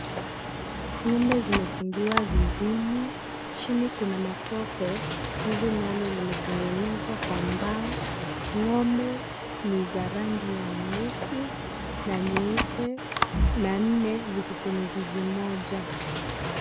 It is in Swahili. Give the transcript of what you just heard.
Ng'ombe zimefungiwa zizini chini. Kuna matope zizi nalo limetengenezwa kwa mbao ng'ombe ni za rangi ya nyeusi na nyeupe na nne ziko kwenye zizi moja.